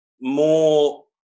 more